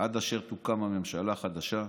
עד אשר תוקם הממשלה החדשה,